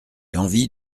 envie